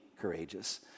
courageous